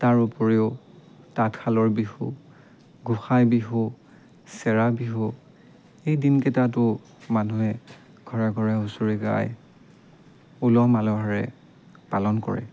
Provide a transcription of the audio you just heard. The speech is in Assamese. তাৰ উপৰিও তাঁতশালৰ বিহু গোসাই বিহু চেৰা বিহু এইদিনকেইটাতো মানুহে ঘৰে ঘৰে হুচৰি গাই উলহ মালহেৰে পালন কৰে